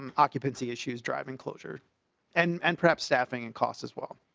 um occupancy issues driving closures and and perhaps staffing and costs as well.